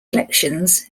elections